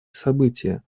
события